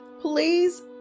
please